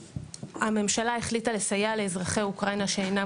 הממשלה החליטה לסייע לאזרחי אוקראינה שאינם